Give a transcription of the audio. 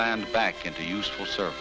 land back into useful s